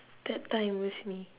that time with me